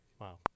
Wow